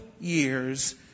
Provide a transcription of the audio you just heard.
years